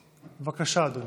בבקשה, אדוני.